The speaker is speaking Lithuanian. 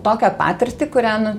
tokią patirtį kurią nu